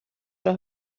راه